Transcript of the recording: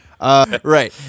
Right